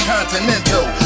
Continental